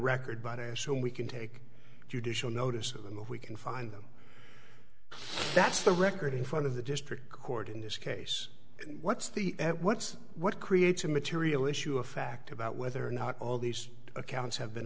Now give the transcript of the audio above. record but as whom we can take judicial notice of the move we can find that's the record in front of the district court in this case what's the what's what creates a material issue a fact about whether or not all these accounts have been